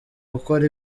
gukora